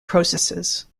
processes